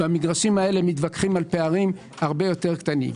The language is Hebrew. במגרשים האלה מתווכחים על פערים הרבה יותר קטנים.